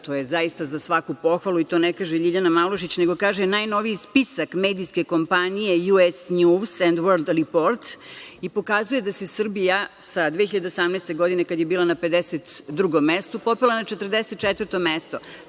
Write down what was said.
To je zaista za svaku pohvalu i to ne kaže Ljiljana Malušić, nego kaže najnoviji spisak medijske kompanije „US News & World Reports“ i pokazuje da se Srbija, sa 2018. godine kada je bila na 52. mestu, popela na 44. mesto.